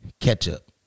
Ketchup